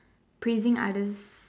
praising others